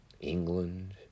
England